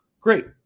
great